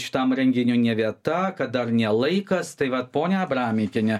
šitam renginiui ne vieta kad dar ne laikas tai vat ponia abramikiene